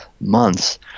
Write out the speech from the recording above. months